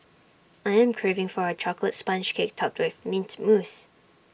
I am craving for A Chocolate Sponge Cake Topped with Mint Mousse